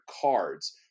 cards